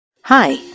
Hi